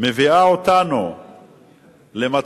מביאה אותנו למצב